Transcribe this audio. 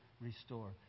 restore